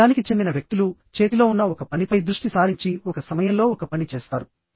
ఈ వర్గానికి చెందిన వ్యక్తులు చేతిలో ఉన్న ఒక పనిపై దృష్టి సారించి ఒక సమయంలో ఒక పని చేస్తారు